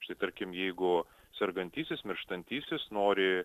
štai tarkim jeigu sergantysis mirštantysis nori